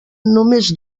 només